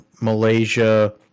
Malaysia